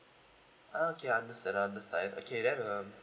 ah okay understand understand okay then um